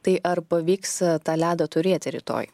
tai ar pavyks tą ledą turėti rytoj